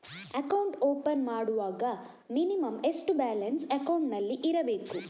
Account open ಮಾಡುವಾಗ minimum ಎಷ್ಟು balance ಅಕೌಂಟಿನಲ್ಲಿ ಇರಬೇಕು?